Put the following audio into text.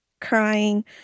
crying